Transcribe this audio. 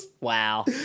Wow